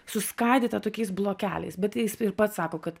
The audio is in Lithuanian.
suskaidyta tokiais blokeliais bet jis pats sako kad